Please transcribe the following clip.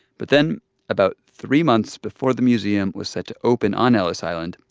but then about three months before the museum was set to open on ellis island,